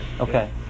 Okay